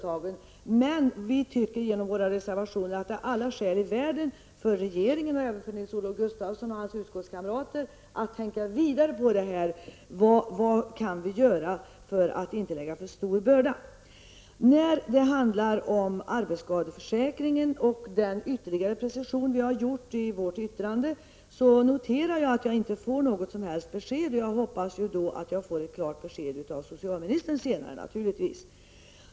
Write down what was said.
I våra reservationer vill vi understryka att det finns alla skäl för regeringen och Nils-Olof Gustafsson och hans utskottskamrater att tänka vidare: Vad kan vi göra för att inte lägga på för stora bördor? När det gäller arbetsskadeförsäkringen och den ytterligare precisering som vi har gjort i vårt yttrande noterar jag att jag inte har fått något som helst besked. Naturligtvis hoppas jag att senare få ett klart besked av socialministern.